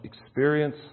experience